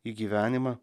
į gyvenimą